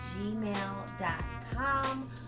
gmail.com